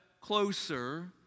closer